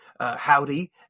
Howdy